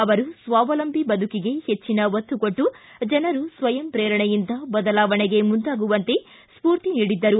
ಅವರು ಸ್ವಾವಲಂಬಿ ಬದುಕಿಗೆ ಹೆಚ್ಚಿನ ಒತ್ತು ಕೊಟ್ಟು ಜನರು ಸ್ವಯಂ ಪ್ರೇರಣೆಯಿಂದ ಬದಲಾವಣೆಗೆ ಮುಂದಾಗುವಂತೆ ಸ್ಕೂರ್ತಿ ನೀಡಿದ್ದರು